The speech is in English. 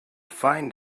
find